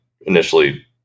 initially